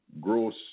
gross